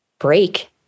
break